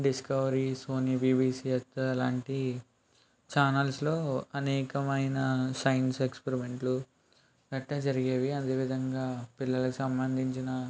discovery Sony BBC అలాంటి ఛానల్స్లో అనేకమైన సైన్స్ ఎక్స్పరిమెంట్లు గట్టా జరిగేవి అదే విధంగా పిల్లలకి సంబంధించిన